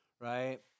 Right